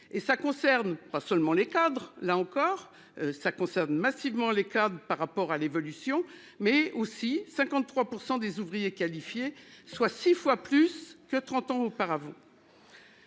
et ça concerne pas seulement les cadres, là encore ça concerne massivement les par rapport à l'évolution mais aussi 53% des ouvriers qualifiés, soit 6 fois plus que 30 ans auparavant.